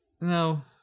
No